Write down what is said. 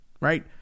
right